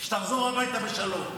שתחזור הביתה בשלום.